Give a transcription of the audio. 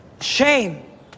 Shame